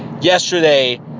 yesterday